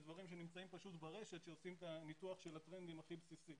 אלה דברים שנמצאים ברשת שעושים את הניתוח הכי בסיסי